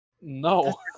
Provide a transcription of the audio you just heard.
No